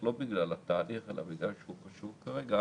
- לא בגלל התהליך אלא בגלל שהוא חשוב כרגע